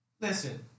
Listen